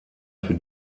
für